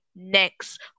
next